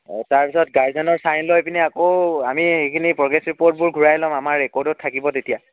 তাৰপিছত গাৰ্জেনৰ চাইন লৈ পিনে আকৌ আমি সেইখিনি প্ৰগ্ৰেছ ৰিপৰ্টবোৰ ঘূৰাই ল'ম আমাৰ ৰেকৰ্ডত থাকিব তেতিয়া